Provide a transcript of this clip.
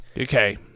Okay